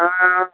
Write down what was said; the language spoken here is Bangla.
হ্যাঁ